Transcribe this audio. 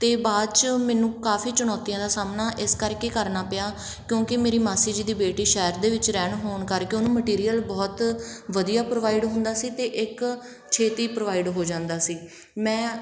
ਅਤੇ ਬਾਅਦ 'ਚ ਮੈਨੂੰ ਕਾਫੀ ਚੁਣੌਤੀਆਂ ਦਾ ਸਾਹਮਣਾ ਇਸ ਕਰਕੇ ਕਰਨਾ ਪਿਆ ਕਿਉਂਕਿ ਮੇਰੀ ਮਾਸੀ ਜੀ ਦੀ ਬੇਟੀ ਸ਼ਹਿਰ ਦੇ ਵਿੱਚ ਰਹਿਣ ਹੋਣ ਕਰਕੇ ਉਹਨੂੰ ਮਟੀਰੀਅਲ ਬਹੁਤ ਵਧੀਆ ਪ੍ਰੋਵਾਈਡ ਹੁੰਦਾ ਸੀ ਅਤੇ ਇੱਕ ਛੇਤੀ ਪ੍ਰੋਵਾਈਡ ਹੋ ਜਾਂਦਾ ਸੀ ਮੈਂ